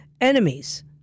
enemies